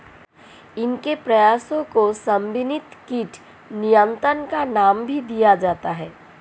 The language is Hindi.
इनके प्रयासों को समन्वित कीट नियंत्रण का नाम भी दिया जाता है